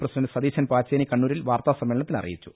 president Satheesan Pacheni കണ്ണൂരിൽ വാർത്താ സമ്മേളനത്തിൽ അറിയിച്ചു